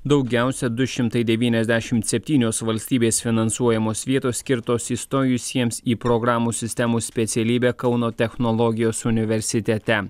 daugiausia du šimtai devyniasdešimt septynios valstybės finansuojamos vietos skirtos įstojusiems į programų sistemų specialybę kauno technologijos universitete